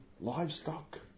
livestock